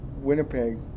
Winnipeg